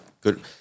good